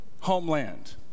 homeland